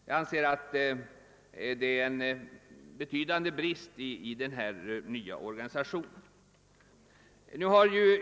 Det anser jag vara en betydande brist i den nya organisationen.